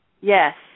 Yes